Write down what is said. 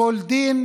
(ב) "כל דין,